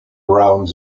round